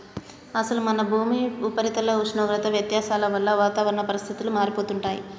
అసలు మన భూమి ఉపరితల ఉష్ణోగ్రత వ్యత్యాసాల వల్ల వాతావరణ పరిస్థితులు మారిపోతుంటాయి